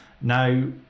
Now